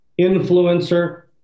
influencer